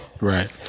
right